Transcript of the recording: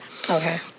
Okay